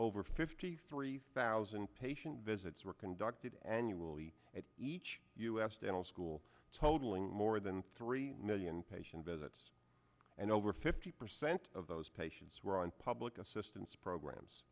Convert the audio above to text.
over fifty three thousand patient visits were conducted annually at each u s dental school totaling more than three million patient visits and over fifty percent of those patients were on public assistance programs